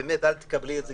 ואל תקבלי את זה